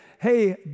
hey